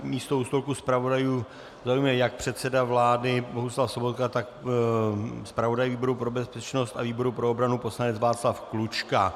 Místo u stolku zpravodajů zaujme jak předseda vlády Bohuslav Sobotka, tak zpravodaj výboru pro bezpečnost a výboru pro obranu poslanec Václav Klučka.